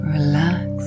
Relax